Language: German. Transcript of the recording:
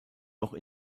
noch